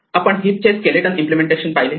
आपण हिप चे skeleton implementation पाहिले